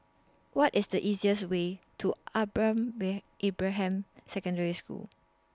What IS The easiest Way to Ibrahim Secondary School